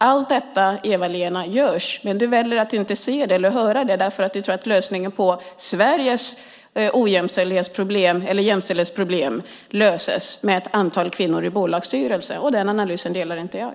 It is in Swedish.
Allt detta görs, Eva-Lena, men du väljer att inte se det eller höra det därför att du tror att Sveriges jämställdhetsproblem löses med ett antal kvinnor i bolagsstyrelser. Den analysen delar inte jag.